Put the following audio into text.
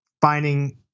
finding